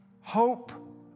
Hope